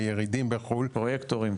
בירידים בחו"ל --- פרויקטורים,